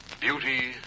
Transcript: Beauty